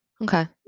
Okay